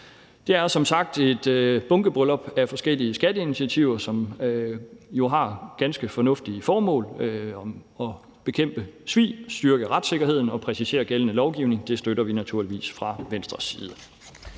Det er jo som sagt et bunkebryllup af forskellige skatteinitiativer, som har det ganske fornuftige formål at bekæmpe svig, styrke retssikkerheden og præcisere gældende lovgivning, og det støtter vi naturligvis fra Venstres side.